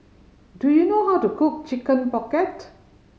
do you know how to cook Chicken Pocket